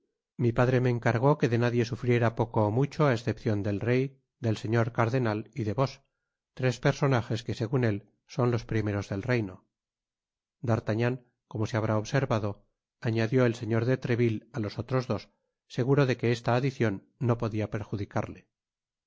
mi padre me encargó que de nadie sufriera poco ó mucho á escepcion del rey del señor cardenal y de vos tres personajes que segun él son los primeros del reino d'artagnan como se habrá observado añadió el señor de treville á los otros dos seguro de que esta adicion no podia perjudicarle